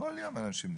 בכל יום אנשים נתקעים.